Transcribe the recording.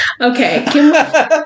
Okay